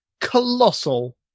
colossal